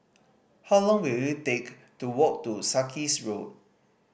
how long will it take to walk to Sarkies Road